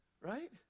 Right